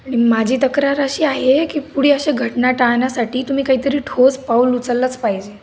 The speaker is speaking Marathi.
आणि माझी तक्रार अशी आहे की पुढे अशा घटना टाळण्यासाठी तुम्ही काहीतरी ठोस पाऊल उचललंच पाहिजे